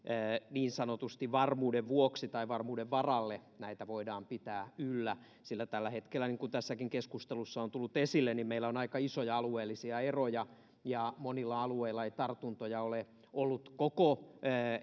niin sanotusti varmuuden vuoksi tai varmuuden varalle näitä voidaan pitää yllä sillä tällä hetkellä niin kuin tässäkin keskustelussa on tullut esille niin meillä on aika isoja alueellisia eroja monilla alueilla ei tartuntoja ole ollut koko